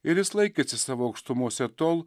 ir jis laikėsi savo aukštumose tol